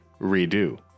redo